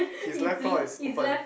his left claw is open